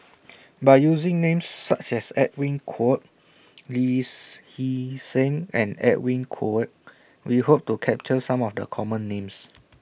By using Names such as Edwin Koek Lee Hee Seng and Edwin Koek We Hope to capture Some of The Common Names